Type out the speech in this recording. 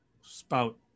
spout